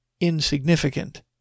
insignificant